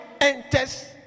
enters